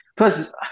Plus